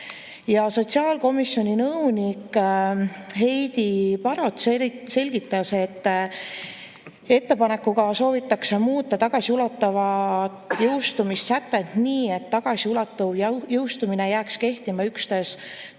Sotsiaalkomisjoni nõunik Heidi Barot selgitas, et ettepanekuga soovitakse muuta tagasiulatuvat jõustumissätet nii, et tagasiulatuv jõustumine jääks kehtima üksnes